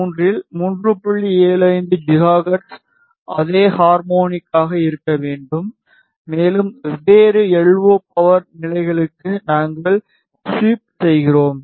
75 gigahertz அதே ஹார்மோனிக்காக இருக்க வேண்டும் மேலும் வெவ்வேறு எல்ஓ பவர் நிலைகளுக்கு நாங்கள் ஸ்வீப் செய்கிறோம்